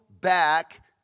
back